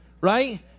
Right